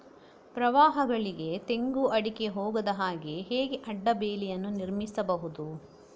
ಪ್ರವಾಹಗಳಿಗೆ ತೆಂಗು, ಅಡಿಕೆ ಹೋಗದ ಹಾಗೆ ಹೇಗೆ ಅಡ್ಡ ಬೇಲಿಯನ್ನು ನಿರ್ಮಿಸಬಹುದು?